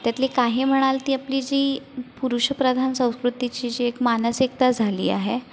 त्यातली काही म्हणाल ती आपली जी पुरुषप्रधान संस्कृतीची जी एक मानसिकता झाली आहे